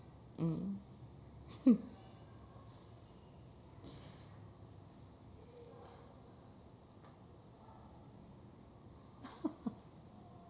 mm